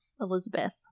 Elizabeth